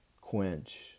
quench